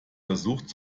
versucht